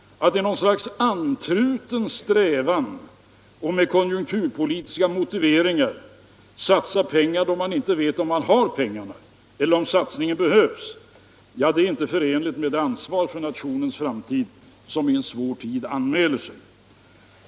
Andtruten strävan att med konjunkturpolitiska motiveringar satsa pengar då man inte vet om man har pengarna eller om satsningen behövs — det är inte förenligt med det ansvar för nationens framtid som i en svår tid anmäler sig.